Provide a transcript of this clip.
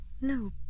No